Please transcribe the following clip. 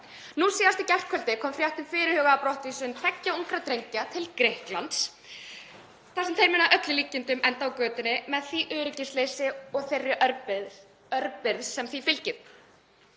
nú síðast í gærkvöldi kom frétt um fyrirhugaða brottvísun tveggja ungra drengja til Grikklands þar sem þeir munu að öllum líkindum enda á götunni með því öryggisleysi og þeirri örbirgð sem því fylgir.